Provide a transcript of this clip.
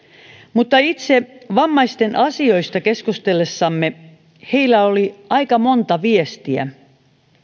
mutta itse vammaisten asioista keskustellessamme heillä oli aika monta viestiä